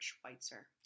Schweitzer